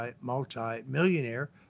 multi-millionaire